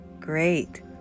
Great